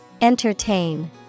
Entertain